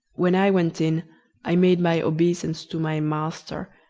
when i went in i made my obeisance to my master,